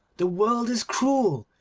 the world is cruel,